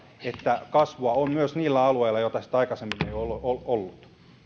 että kasvua on myös niillä alueilla joilla sitä aikaisemmin ei ole ollut